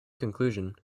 conclusion